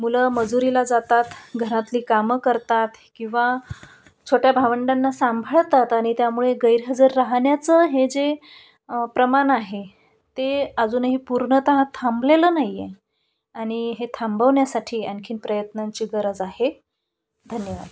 मुलं मजुरीला जातात घरातली कामं करतात किंवा छोट्या भावंडांना सांभाळतात आणि त्यामुळे गैरहजर राहण्याचं हे जे प्रमाण आहे ते अजूनही पूर्णतः थांबलेलं नाहीये आणि हे थांबवण्यासाठी आणखीन प्रयत्नांची गरज आहे धन्यवाद